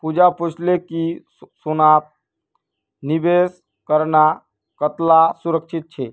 पूजा पूछले कि सोनात निवेश करना कताला सुरक्षित छे